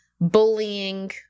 bullying